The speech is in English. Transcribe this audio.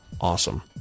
awesome